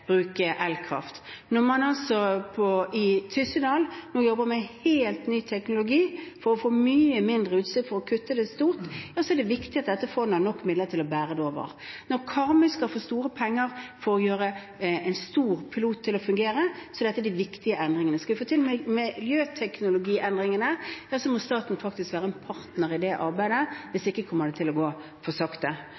elkraft. Når man i Tyssedal nå jobber med helt ny teknologi for å få mye mindre utslipp – å kutte det stort – så er det viktig at dette fondet har nok midler til å bære det over. Når Karmøy skal få store penger for å få en stor pilot til å fungere, så er dette de viktige endringene. Skal vi få til miljøteknologiendringene, ja, så må staten være en partner i det arbeidet. Hvis